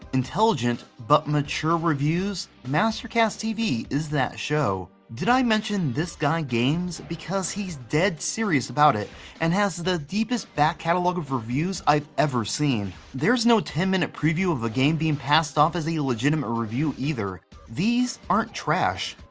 intelligent, but mature reviews, master-cast tv is that show. did i mention this guy games? because he's dead serious about it and has the deepest back catalog of reviews i've ever seen. there's no ten minute previews of a game passed off as a legitimate review either. these aren't trash,